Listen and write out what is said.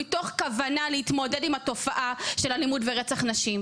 מתוך כוונה להתמודד עם התופעה של אלימות ורצח נשים.